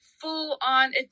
full-on